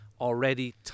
already